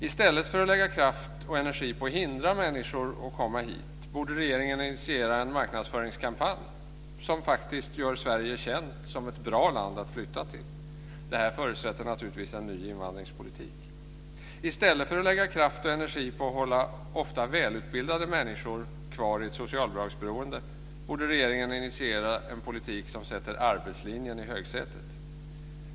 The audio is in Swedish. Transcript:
I stället för att lägga kraft och energi på att hindra människor att komma hit borde regeringen initiera en marknadsföringskampanj som faktiskt gör Sverige känt som ett bra land att flytta till. Det här förutsätter naturligtvis en ny invandringspolitik. I stället för att lägga kraft och energi på att hålla ofta välutbildade människor kvar i ett socialbidragsberoende borde regeringen initiera en politik som sätter arbetslinjen i högsätet.